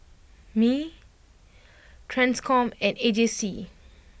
Mi Ttranscom and A J C